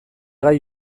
gai